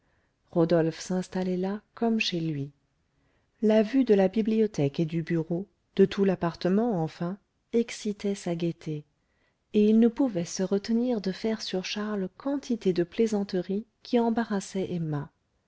rodolphe s'installait là comme chez lui la vue de la bibliothèque et du bureau de tout l'appartement enfin excitait sa gaieté et il ne pouvait se retenir de faire sur charles quantité de plaisanteries qui embarrassaient emma